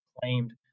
claimed